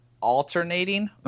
alternating